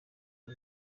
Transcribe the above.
rwo